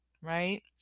right